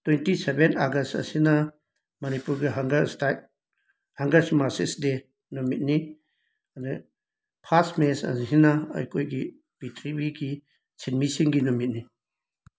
twenty seven August ꯑꯁꯤꯅ ꯃꯅꯤꯄꯨꯔꯒꯤ ꯍꯪꯒꯔ ꯁ꯭ꯇꯥꯏꯛ ꯍꯪꯒꯔꯁ ꯃꯥꯔꯁꯦꯁ ꯗꯦ ꯅꯨꯃꯤꯠꯅꯤ ꯐꯥꯁ ꯃꯦ ꯑꯁꯤꯅ ꯑꯩꯈꯣꯏꯒꯤ ꯄꯤꯊ꯭ꯔꯤꯕꯤꯒꯤ ꯁꯤꯟꯃꯤꯁꯤꯡꯒꯤ ꯅꯨꯃꯤꯠꯅꯤ